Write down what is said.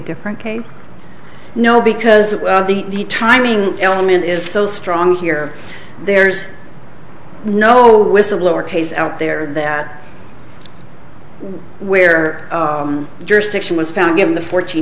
different case no because the timing element is so strong here there's no whistle blower case out there that where jurisdiction was found given the fourteen